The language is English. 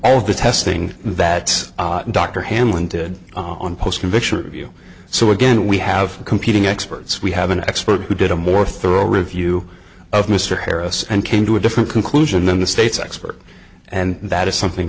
of the testing that dr hamlin did on post conviction review so again we have competing experts we have an expert who did a more thorough review of mr harris and came to a different conclusion than the state's expert and that is something